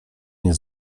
nie